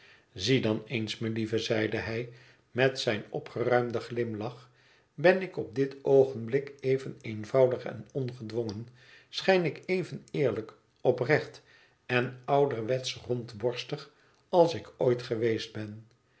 zie dan eens melieve zeide hij met zijn opgeruimden glimlach ben ik op dit oogenblik even eenvoudig en ongedwongen schijn ik even eerlijk oprecht en ouderwetsch rondborstig als ik ooit geweest ben